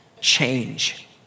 change